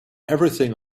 everything